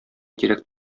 кирәк